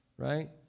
right